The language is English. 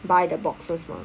buy the boxes mah